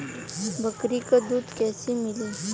बकरी क दूध कईसे मिली?